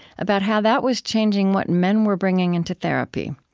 about how that was changing what men were bringing into therapy.